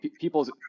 people's